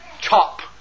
chop